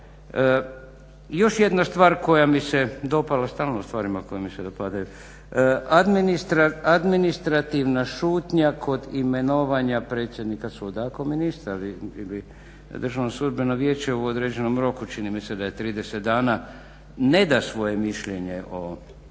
Još jedna stvar koja mi se dopala, stalno o stvarima koje mi se dopadaju, administrativna šutnja kod imenovanja predsjednika suda, ako ministar ili Državno sudbeno vijeće u određenom roku, čini mi se da je 30 dana ne da svoje mišljenje o